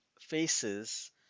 faces